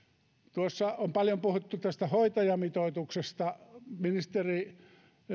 on puhuttu paljon hoitajamitoituksesta ministeri